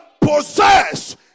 possess